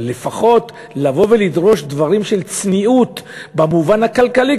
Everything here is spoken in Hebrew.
אבל לפחות לבוא ולדרוש דברים של צניעות במובן הכלכלי.